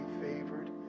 favored